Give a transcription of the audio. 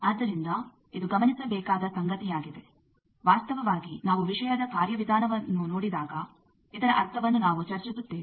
ಆದ್ದರಿಂದ ಇದು ಗಮನಿಸಬೇಕಾದ ಸಂಗತಿಯಾಗಿದೆ ವಾಸ್ತವವಾಗಿ ನಾವು ವಿಷಯದ ಕಾರ್ಯವಿಧಾನವನ್ನು ನೋಡಿದಾಗ ಇದರ ಅರ್ಥವನ್ನು ನಾವು ಚರ್ಚಿಸುತ್ತೇವೆ